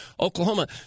Oklahoma